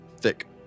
thick